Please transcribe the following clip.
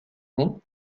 ont